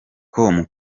com